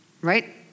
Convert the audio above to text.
right